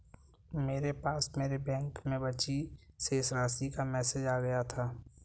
मेरे पास मेरे बैंक में बची शेष राशि का मेसेज आ गया था